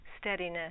steadiness